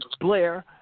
Blair